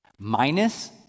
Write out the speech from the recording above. Minus